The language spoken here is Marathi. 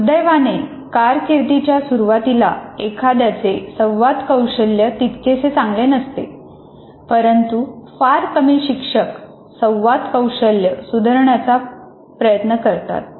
दुर्दैवाने कारकिर्दीच्या सुरुवातीला एखाद्याचे संवाद कौशल्य तितकेसे चांगले नसते परंतु फार कमी शिक्षक संवाद कौशल्य सुधारण्याचा प्रयत्न करतात